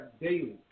daily